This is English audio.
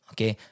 Okay